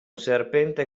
serpente